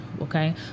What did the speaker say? okay